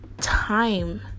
time